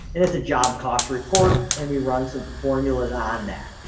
and it's a job cost report and we run some formulas on that